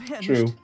True